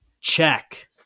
Check